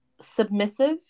Submissive